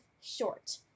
Short